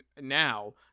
now